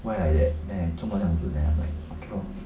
why like that then I 做么这样子 then I'm like okay orh